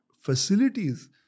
facilities